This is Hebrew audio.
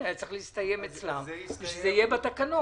והיה צריך להסתיים אצלם בשביל שזה יהיה בתקנות,